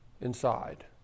inside